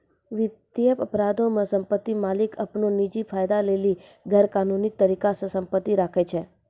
वित्तीय अपराधो मे सम्पति मालिक अपनो निजी फायदा लेली गैरकानूनी तरिका से सम्पति राखै छै